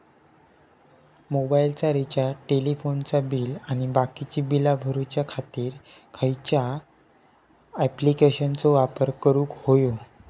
मोबाईलाचा रिचार्ज टेलिफोनाचा बिल आणि बाकीची बिला भरूच्या खातीर खयच्या ॲप्लिकेशनाचो वापर करूक होयो?